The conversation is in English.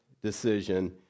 decision